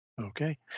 Okay